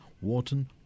Wharton